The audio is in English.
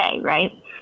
right